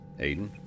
Aiden